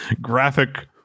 graphic